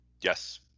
Yes